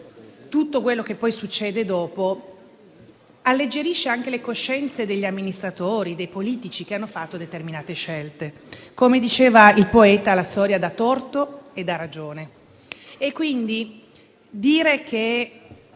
tutto quello che succede dopo alleggerisce anche le coscienze degli amministratori e dei politici che hanno fatto determinate scelte. Come diceva il poeta, la storia dà torto e dà ragione.